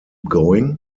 going